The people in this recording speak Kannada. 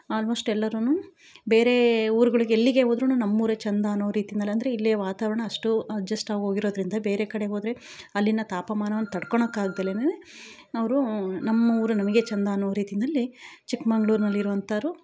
ಆಲ್ಮೋಸ್ಟ್ ಎಲ್ಲರೂ ಬೇರೆ ಊರುಗಳಿಗೆ ಎಲ್ಲಿಗೆ ಹೋದರೂ ನಮ್ಮ ಊರೇ ಚೆಂದ ಅನ್ನೋ ರೀತಿಯಲ್ಲಿ ಅಂದರೆ ಇಲ್ಲಿಯ ವಾತಾವರಣ ಅಷ್ಟು ಅಡ್ಜಸ್ಟ್ ಆಗಿ ಹೋಗಿರೋದ್ರಿಂದ ಬೇರೆ ಕಡೆ ಹೋದರೆ ಅಲ್ಲಿಯ ತಾಪಮಾನವನ್ನು ತಡ್ಕೊಳ್ಳೋಕ್ಕೆ ಆಗದೆಯೇ ಅವರು ನಮ್ಮ ಊರು ನಮಗೆ ಚೆಂದ ಅನ್ನೋ ರೀತಿಯಲ್ಲಿ ಚಿಕ್ಕಮಗಳೂರಿನಲ್ಲಿ ಇರುವಂಥರು